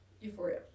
Euphoria